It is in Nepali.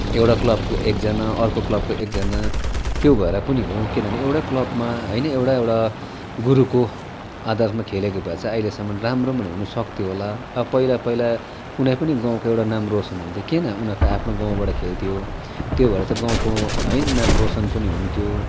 एउटा क्लबको एकजना अर्को क्लबको एकजना त्यो भएर पनि हो किनभने एउटै क्लबमा होइन एउटा एउटा गुरुको आदर्शमा खेलेको भए चाहिँ अहिलेसम्म राम्रो पनि हुनसक्थ्यो होला पहिला पहिला कुनै पनि गाउँको एउटा नाम रोसन हुन्थ्यो किन उनीहरूको आफ्नो गाउँबाट खेल्थ्यो त्यो भएर चाहिँ गाउँको है नाम रोसन पनि हुन्थ्यो